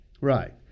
Right